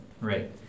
Right